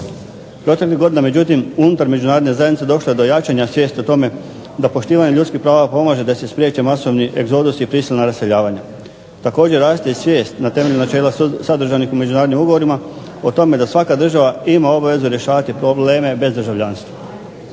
Proteklih godina međutim unutar međunarodne zajednice došlo je do jačanja svijesti o tome da poštivanje ljudskih prava pomaže da se spriječe masovni egzodusi i prisilna raseljavanja. Također raste svijest na temelju načela sadržanih u međunarodnim ugovorima o tome da svaka država ima obavezu rješavati probleme bez državljanstva.